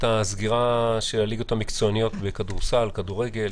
הסגירה של הליגות המקצועניות בכדורסל ובכדורגל,